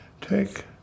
take